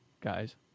guys